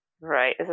Right